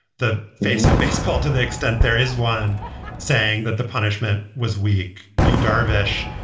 the face of baseball, to the extent there is one saying that the punishment was weak. yu darvish,